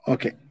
Okay